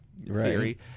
theory